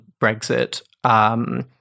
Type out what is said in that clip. Brexit